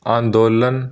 ਅੰਦੋਲਨ